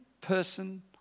person